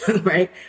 right